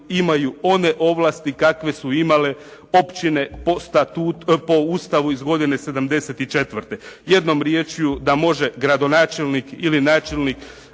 imaju one ovlasti kakve su imale općine po Ustavu iz godine '74. jednom riječju da može gradonačelnik ili načelnik